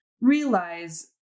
realize